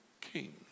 king